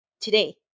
today